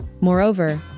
Moreover